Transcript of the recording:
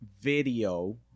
video